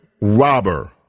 robber